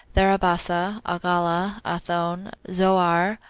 tharabasa, agala, athone, zoar,